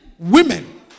women